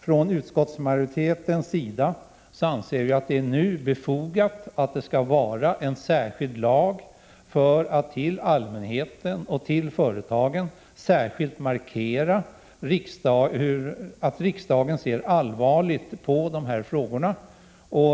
Från utskottsmajoritetens sida anser vi att det nu är befogat med en särskild lag för att till allmänheten och till företagen särskilt markera att riksdagen ser allvarligt på dessa frågor.